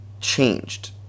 changed